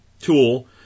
tool